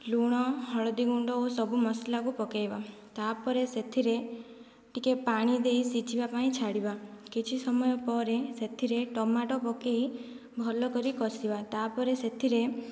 ଲୁଣ ହଳଦୀ ଗୁଣ୍ଡ ଓ ସବୁ ମସଲାକୁ ପକାଇବା ତା'ପରେ ସେଥିରେ ଟିକେ ପାଣି ଦେଇ ସିଝିବା ପାଇଁ ଛାଡ଼ିବା କିଛି ସମୟ ପରେ ସେଥିରେ ଟମାଟୋ ପକାଇ ଭଲ କରି କଷିବା ତା'ପରେ ସେଥିରେ